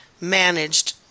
managed